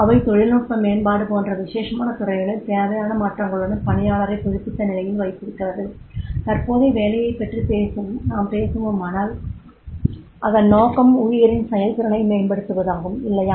அவை தொழில்நுட்ப மேம்பாடு போன்ற விசேஷமான துறைகளில் தேவையான மாற்றங்களுடன் பணியாளரைப் புதுப்பித்த நிலையில் வைத்திருக்கிறது தற்போதைய வேலையைப் பற்றி நாம் பேசுவோமானால் அதன் நோக்கம் ஊழியரின் செயல்திறனை மேம்படுத்துவதாகும் இல்லையா